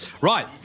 Right